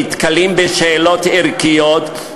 נתקלים בשאלות ערכיות,